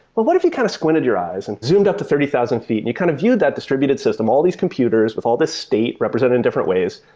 but what if you kind of squinted your eyes and zoomed up to thirty thousand feet and you kind of viewed that distributed system, all these computers, with all these states represented in different ways,